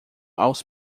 aos